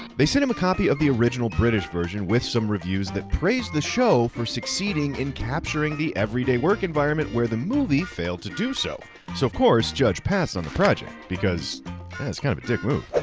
they sent him a copy of the original british version with some reviews that praised the show for succeeding in capturing the everyday work environment where the movie failed to do so. so of course, judge passed on the project because it's kind of a dick move.